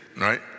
right